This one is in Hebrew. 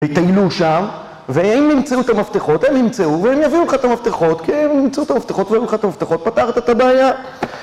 יטיילו שם, והם ימצאו את המפתחות, הם ימצאו, והם יביאו לך את המפתחות, כי הם ימצאו את המפתחות, והם יביאו לך את המפתחות, פתרת את הבעיה.